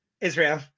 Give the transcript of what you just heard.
Israel